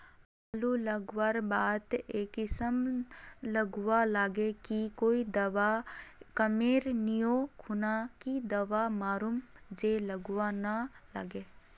आलू लगवार बात ए किसम गलवा लागे की कोई दावा कमेर नि ओ खुना की दावा मारूम जे गलवा ना लागे?